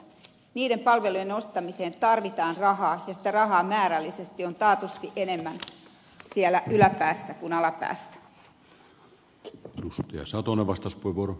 niiden palvelujen ostamiseen tarvitaan rahaa ja sitä rahaa määrällisesti on taatusti enemmän siellä tuloluokkien yläpäässä kuin alapäässä